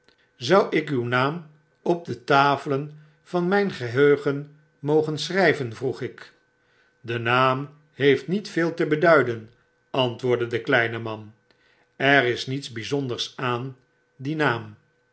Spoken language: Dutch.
zou ik uw naam op de tafelen vanrayngeheugen mogen inschryven vroeg ik de naam heeft niet veel te beduiden antwoordde de kleine man er is niets byzonders aain dien naam